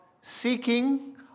seeking